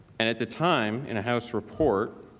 and at the time in a house report,